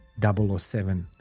007